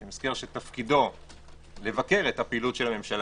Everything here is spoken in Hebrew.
אני מזכיר שתפקידו לבקר את הפעילות של הממשלה,